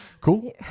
cool